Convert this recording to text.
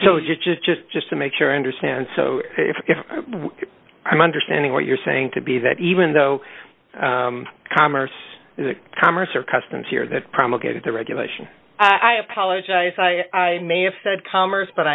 so just just just just to make sure i understand if i'm understanding what you're saying to be that even though commerce commerce or customs here that promulgated the regulation i apologize i may have said commerce but